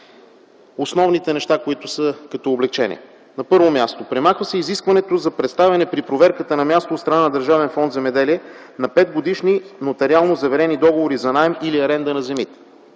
Основни неща, които са като облекчение. На първо място, премахва се изискването за представяне при проверката на място от страна на Държавен фонд „Земеделие” на петгодишни нотариално заверени договори за наем или аренда на земи.